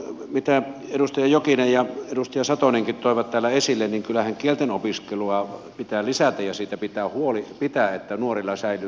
mitä edustaja jokinen ja edustaja satonenkin toivat täällä esille niin kyllähän kieltenopiskelua pitää lisätä ja siitä pitää huoli pitää että nuorilla säilyy kiinnostus